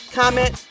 comment